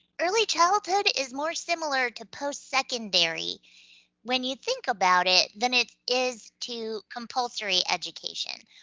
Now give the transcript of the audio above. early childhood is more similar to post-secondary when you think about it, than it is to compulsory education.